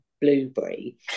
blueberry